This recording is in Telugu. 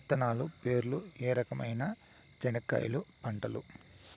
విత్తనాలు పేర్లు ఏ రకమైన చెనక్కాయలు పంటలు?